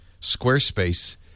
Squarespace